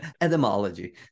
Etymology